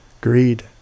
greed